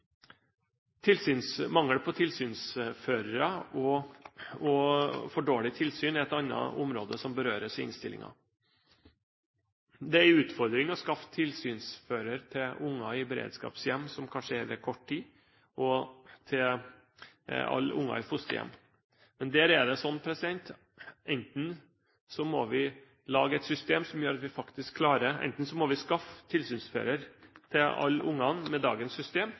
hjelpes. Mangel på tilsynsførere og for dårlig tilsyn er et annet område som berøres i innstillingen. Det er en utfordring å skaffe tilsynsfører til unger i beredskapshjem, som kanskje er der i kort tid, og til alle unger i fosterhjem. Men enten må vi skaffe tilsynsfører til alle ungene med dagens system,